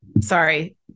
sorry